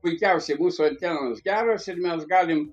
puikiausiai mūsų antenos geros ir mes galim